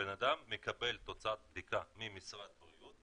בן אדם מקבל את תוצאת הבדיקה ממשרד הבריאות.